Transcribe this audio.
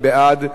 מי בעד?